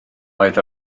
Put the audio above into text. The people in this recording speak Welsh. oedd